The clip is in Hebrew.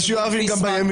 הישיבה ננעלה בשעה